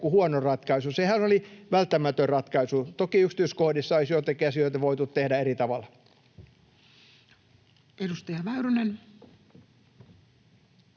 Sehän oli välttämätön ratkaisu. Toki yksityiskohdissa olisi joitakin asioita voitu tehdä eri tavalla. [Speech